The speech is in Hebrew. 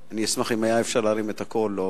אשמח אם היה אפשר להרים את הקול.